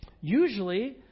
Usually